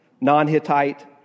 non-Hittite